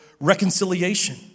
reconciliation